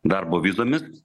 darbo vizomis